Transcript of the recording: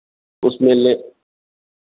उसमें ले